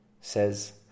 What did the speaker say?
says